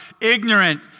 ignorant